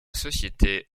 société